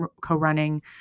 co-running